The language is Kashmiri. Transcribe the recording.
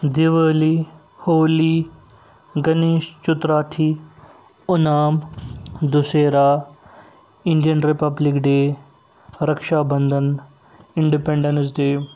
Diwali Holi Ganesh Chaturthi Onam Dussehra Indian Republic Day Raksha Bandhan Independence day